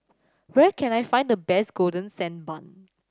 where can I find the best Golden Sand Bun